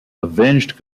avenged